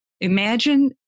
Imagine